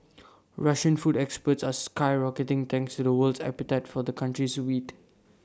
Russian food exports are skyrocketing thanks to the world's appetite for the country's wheat